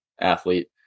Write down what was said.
athlete